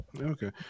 okay